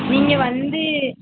நீங்கள் வந்து